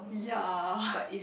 ya